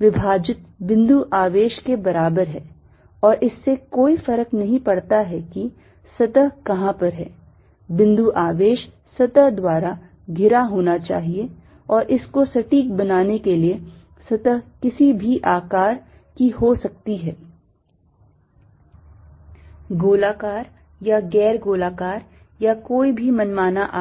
विभाजित बिंदु आवेश के बराबर है और इससे कोई फर्क नहीं पड़ता है कि सतह कहां पर है बिंदु आवेश सतह द्वारा घिरा होना चाहिए और इसको सटीक बनाने के लिए सतह किसी भी आकार की हो सकती है गोलाकार या गैर गोलाकार या या कोई भी मनमाना आकार